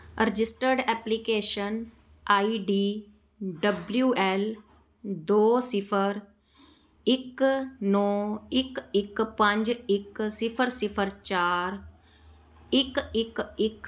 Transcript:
ਅਰਜਿਸਟਰਡ application I D W L ਦੋ ਸਿਫਰ ਇੱਕ ਨੌਂ ਇੱਕ ਇੱਕ ਪੰਜ ਇੱਕ ਸਿਫਰ ਸਿਫਰ ਚਾਰ ਇੱਕ ਇੱਕ ਇੱਕ